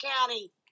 County